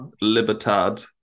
Libertad